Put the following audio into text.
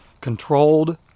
controlled